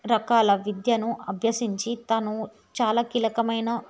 రకాల విద్యను అభ్యసించి తను చాలా కీలకమైన